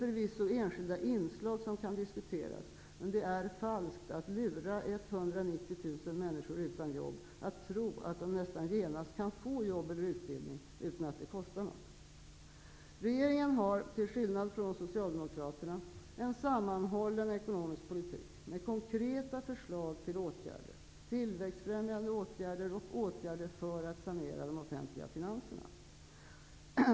Förvisso finns det enskilda inslag som kan diskuteras, men det är falskt att lura 190 000 människor som saknar jobb och få dem att tro att de nästan genast kan få jobb eller utbildning utan att det kostar något. Regeringen har, till skillnad från Socialdemokraterna, en sammanhållen ekonomisk politik med konkreta förslag till åtgärder -- tillväxtfrämjande åtgärder och åtgärder för att sanera de offentliga finanserna.